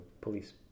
police